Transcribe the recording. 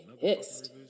pissed